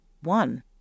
One